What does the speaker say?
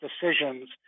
decisions